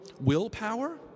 willpower